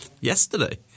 yesterday